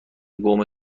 قوم